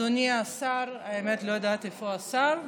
אדוני השר, האמת, לא יודעת איפה השר.